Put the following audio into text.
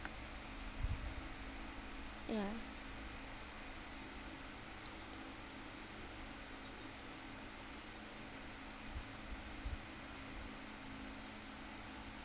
ya